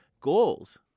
goals